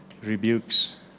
rebukes